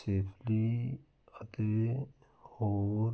safely ਅਤੇ ਹੋਰ